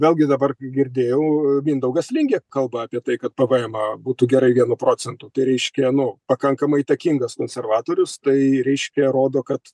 vėlgi dabar kai girdėjau mindaugas lingė kalba apie tai kad pvmą būtų gerai vienu procentu tai reiškia nu pakankamai įtakingas konservatorius tai reiškia rodo kad